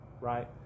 right